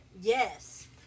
Yes